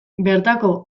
bertako